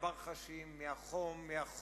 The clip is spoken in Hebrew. מן הברחשים,